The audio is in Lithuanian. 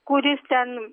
kuris ten